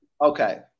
Okay